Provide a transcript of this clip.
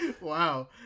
Wow